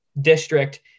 district